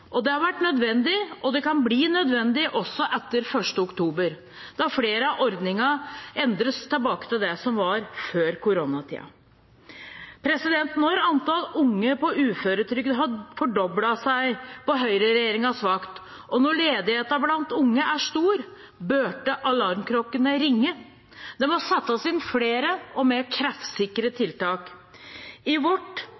Det har vært nødvendig, og det kan bli nødvendig også etter 1. oktober, når flere av ordningene endres tilbake til det som var før koronatiden. Når antallet unge på uføretrygd har fordoblet seg på høyreregjeringens vakt, og når ledigheten blant unge er stor, burde alarmklokkene ringe. Det må settes inn flere og mer